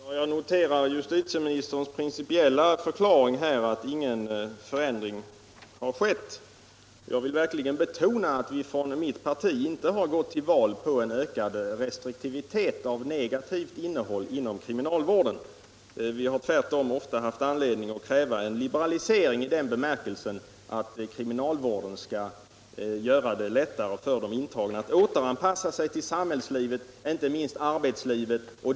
Herr talman! Jag noterar justitieministerns principiella förklaring att ingen förändring har skett. Jag vill verkligen betona att vi från mitt parti inte har gått till val på ökad restriktivitet av negativt innehåll inom kriminalvården. Vi har tvärtom ofta haft anledning att kräva en liberalisering i den bemärkelsen att kriminalvården skall göra det lättare för de intagna att återanpassa sig till samhällslivet, inte minst till arbetslivet.